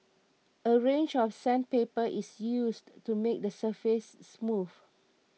a range of sandpaper is used to make the surface smooth